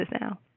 now